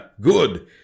Good